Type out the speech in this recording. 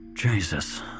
Jesus